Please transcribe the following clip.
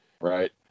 right